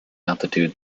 altitude